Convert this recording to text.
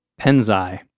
penzai